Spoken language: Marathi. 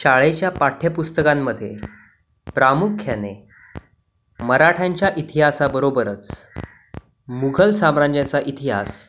शाळेच्या पाठ्यपुस्तकांमध्ये प्रामुख्याने मराठ्यांच्या इतिहासाबरोबरच मुघल साम्राज्याचा इतिहास